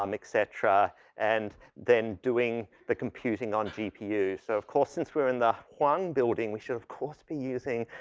um et cetera and then doing the computing on gpu. so of course since we're in the one building, we should of course be using,